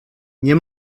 nie